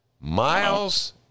Miles